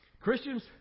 Christians